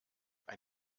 ein